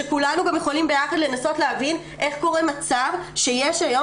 כשכולנו גם יכולים לנסות להבין איך קורה כזה מצב שיש היום